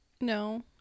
no